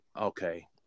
okay